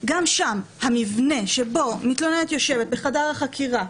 גם שם המבנה שבו מתלוננת יושבת בחדר החקירה,